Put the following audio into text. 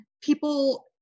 People